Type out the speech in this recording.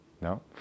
No